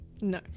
No